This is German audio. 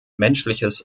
menschliches